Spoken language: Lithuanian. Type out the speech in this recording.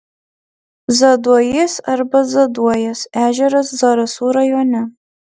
zaduojys arba zaduojas ežeras zarasų rajone